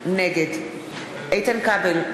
נגד איתן כבל,